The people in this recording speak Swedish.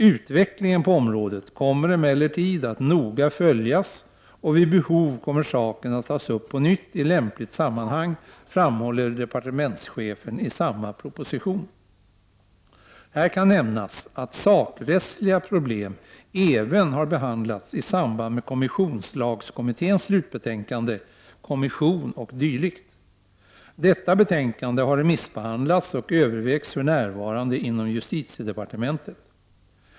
Utvecklingen på området kommer emellertid att noga följas, och vid behov kommer saken att tas upp på nytt i lämpligt sammanhang, framhåller departementschefen i samma proposition. Här kan nämnas att sakrättsliga problem även har behandlats i samband med kommissionslagskommitténs slutbetänkande Kommission och dylikt. Detta betänkande har remissbehandlats och övervägs för närvarande inom justitiedepartementet.